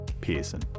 Pearson